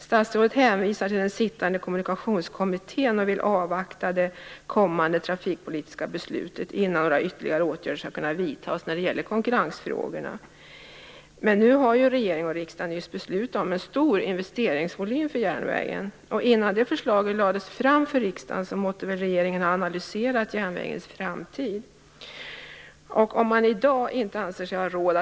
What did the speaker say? Statsrådet hänvisar till den sittande kommunikationskommittén och vill avvakta det kommande trafikpolitiska beslutet innan några ytterligare åtgärder skall kunna vidtas när det gäller konkurrensfrågorna. Men nu har ju regeringen och riksdagen nyss beslutat om en stor investeringsvolym för järnvägen. Innan det förslaget lades fram för riksdagen måtte väl regeringen ha analyserat järnvägens framtid?